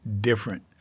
different